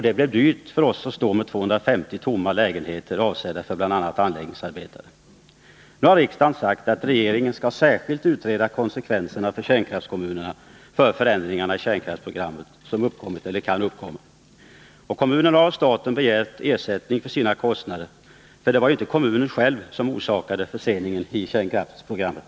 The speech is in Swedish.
Det blev dyrt för kommunen att stå med 250 tomma lägenheter avsedda för bl.a. anläggningsarbetare. Riksdagen har uttalat att regeringen särskilt skall utreda konsekvenserna för kärnkraftskommunerna av förändringar i kärnkraftsprogrammet som uppkommit eller kan uppkomma. Oskarshamns kommun har av staten begärt ersättning för sina kostnader, för det var ju inte kommunen själv som orsakade förseningen i kärnkraftsprogrammet.